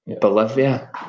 Bolivia